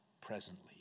presently